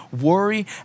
worry